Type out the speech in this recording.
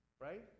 right